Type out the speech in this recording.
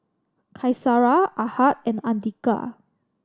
Qaisara Ahad and Andika